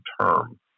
term